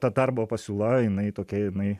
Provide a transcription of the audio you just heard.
ta darbo pasiūla jinai tokia jinai